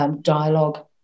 dialogue